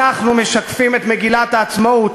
אנחנו משקפים את מגילת העצמאות,